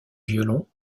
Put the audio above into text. violon